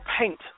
paint